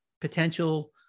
potential